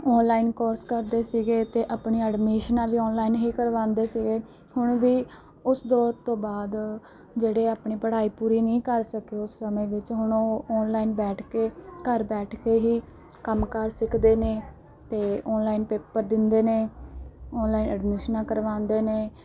online course ਕਰਦੇ ਸੀਗੇ ਅਤੇ ਆਪਣੀ ਐਡਮਿਸ਼ਨਾਂ ਵੀ ਆਨਲਾਈਨ ਹੀ ਕਰਵਾਉਂਦੇ ਸੀਗੇ ਹੁਣ ਵੀ ਉਸ ਦੌਰ ਤੋਂ ਬਾਅਦ ਜਿਹੜੇ ਆਪਣੇ ਪੜ੍ਹਾਈ ਪੂਰੀ ਨਹੀਂ ਕਰ ਸਕੇ ਉਸ ਸਮੇਂ ਵਿੱਚ ਹੁਣ ਉਹ ਆਨਲਾਈਨ ਬੈਠ ਕੇ ਘਰ ਬੈਠ ਕੇ ਹੀ ਕੰਮਕਾਰ ਸਿੱਖਦੇ ਨੇ ਅਤੇ ਆਨਲਾਈਨ ਪੇਪਰ ਦਿੰਦੇ ਨੇ ਆਨਲਾਈਨ ਐਡਮਿਸ਼ਨਾਂ ਕਰਵਾਉਂਦੇ ਨੇ